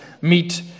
meet